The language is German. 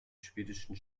schwedischen